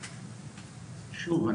שוב,